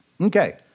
Okay